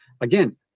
Again